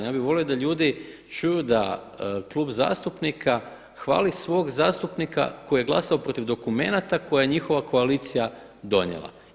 Ja bih volio da ljudi čuju da Klub zastupnika hvali svog zastupnika koji je glasao protiv dokumenata koje je njihova koalicija donijela.